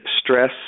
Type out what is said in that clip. stress